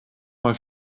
mal